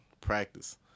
practice